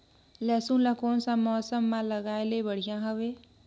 लसुन ला कोन सा मौसम मां लगाय ले बढ़िया हवे?